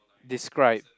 describe